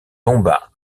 tomba